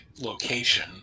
location